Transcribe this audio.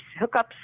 hookups